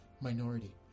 minority